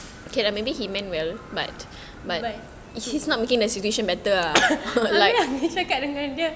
but I mean aku cakap dengan dia